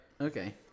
Okay